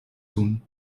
tun